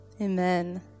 Amen